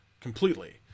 Completely